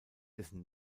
dessen